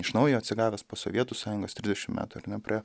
iš naujo atsigavęs po sovietų sąjungos trisdešim metų ar ne praėjo